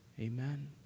Amen